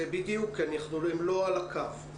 הם לא על הקו.